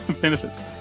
benefits